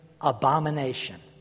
abomination